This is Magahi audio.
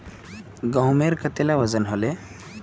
गहोमेर कतेला वजन हले